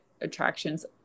attractions